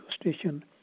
station